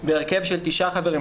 בהרכב של תשעה חברים,